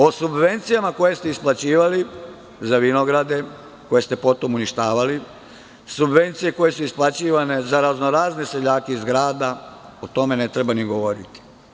O subvencijama koje ste isplaćivali za vinograde koje ste potom uništavali, subvencije koje su isplaćivane za raznorazne seljake iz grada, o tome ne treba ni govoriti.